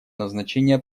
назначения